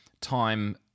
time